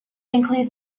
includes